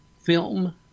film